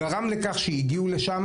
גרם לכך שהגיעו לשם